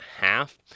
half